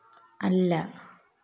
അല്ല